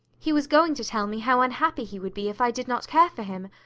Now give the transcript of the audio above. he was going to tell me how unhappy he would be if i did not care for him,